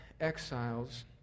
exiles